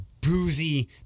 boozy